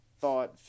thought